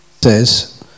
says